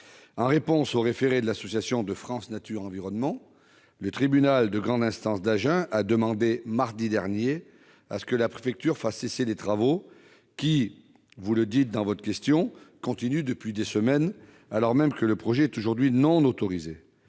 En réponse au référé de l'association France nature environnement, le tribunal de grande instance d'Agen a demandé, mardi dernier, que la préfecture fasse cesser ces travaux. Vous l'avez dit vous-même : ces derniers continuent depuis des semaines, alors même que le projet est aujourd'hui non autorisé.